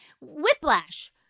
whiplash